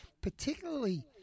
particularly